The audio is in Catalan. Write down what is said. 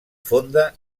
fonda